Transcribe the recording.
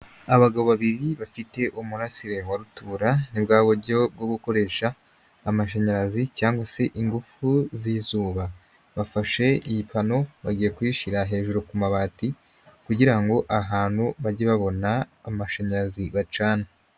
Abagabo babiri bafite umurasire wa rutura, ni bwa buryo bwo gukoresha amashanyarazi cyangwa se ingufu z'izuba. Bafashe iyi pano, bagiye kuyishyira hejuru ku mabati kugira ngo ahantu bajye babona amashanyarazi bacana.